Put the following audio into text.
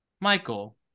Michael